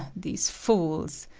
these fools!